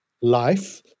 life